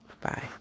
bye